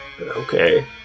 Okay